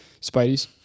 Spideys